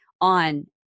on